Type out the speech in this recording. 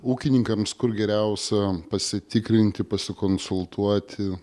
ūkininkams kur geriausia pasitikrinti pasikonsultuoti